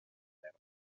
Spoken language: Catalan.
verda